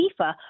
FIFA